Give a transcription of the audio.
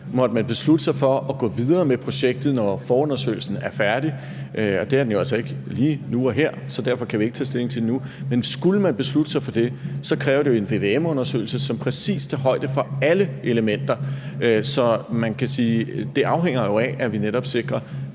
Måtte man beslutte sig for at gå videre med projektet, når forundersøgelsen er færdig – og det er den jo altså ikke lige nu og her, så derfor kan vi ikke tage stilling til det nu, men skulle man beslutte sig for at gå videre – så kræver det en vvm-undersøgelse, som præcis tager højde for alle elementer. Så man kan jo sige, at det afhænger af, at vi netop sikrer,